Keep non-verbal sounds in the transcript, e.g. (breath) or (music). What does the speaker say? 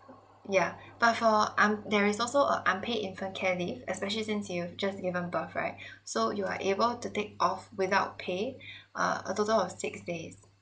yeah but for un~ there is also a unpaid infant care leave especially since you've just given birth right so you are able to take off without pay (breath) err a total of six days